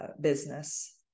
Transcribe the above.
business